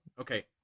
Okay